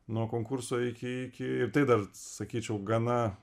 nuo konkurso iki iki ir tai dar sakyčiau gana